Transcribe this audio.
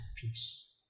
peace